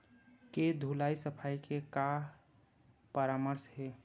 के धुलाई सफाई के का परामर्श हे?